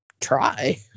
try